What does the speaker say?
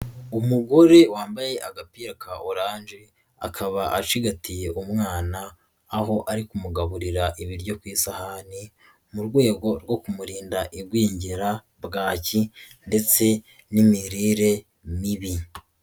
Umugore wambaye agapira ka oranee akaba acigatiye umwana aho ari kumugaburira ibiryo ku isahani, mu rwego rwo kumurinda igwingira, bwaki ndetse n'imirire mibi.